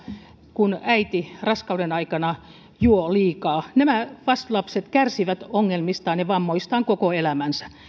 kun äiti raskauden aikana juo liikaa nämä fas lapset kärsivät ongelmistaan ja vammoistaan koko elämänsä